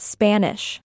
Spanish